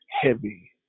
heavy